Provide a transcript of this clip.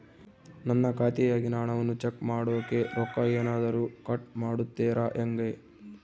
ನನ್ನ ಖಾತೆಯಾಗಿನ ಹಣವನ್ನು ಚೆಕ್ ಮಾಡೋಕೆ ರೊಕ್ಕ ಏನಾದರೂ ಕಟ್ ಮಾಡುತ್ತೇರಾ ಹೆಂಗೆ?